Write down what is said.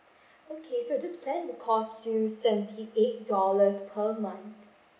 okay so this plan will cost you seventy-eight dollars per month